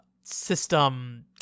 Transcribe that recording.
system